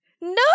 No